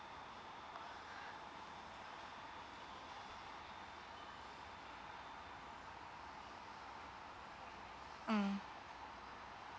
mm